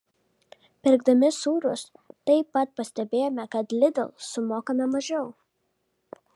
pirkdami sūrius taip pat pastebėjome kad lidl sumokame mažiau